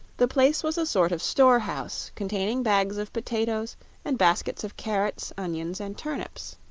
the place was a sort of store-house containing bags of potatoes and baskets of carrots, onions and turnips.